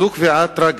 זו קביעה טרגית.